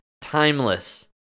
timeless